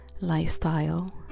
lifestyle